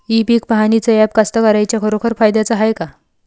इ पीक पहानीचं ॲप कास्तकाराइच्या खरोखर फायद्याचं हाये का?